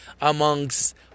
amongst